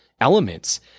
elements